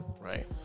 Right